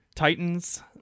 titans